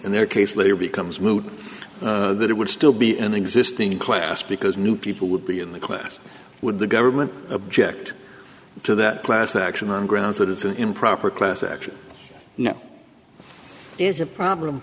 and their case later becomes moot that it would still be an existing class because new people would be in the class would the government object to that class action on grounds that it's improper class action is a problem